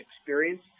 experience